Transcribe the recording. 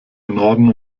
norden